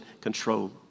control